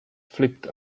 flipped